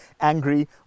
angry